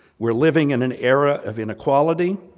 we're living in an era of inequality,